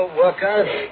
workers